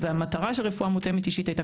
אז המטרה של רפואה מותאמת אישית הייתה